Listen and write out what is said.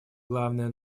главное